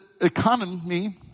economy